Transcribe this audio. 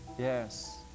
Yes